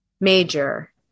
major